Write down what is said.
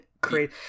great